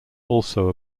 also